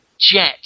Jet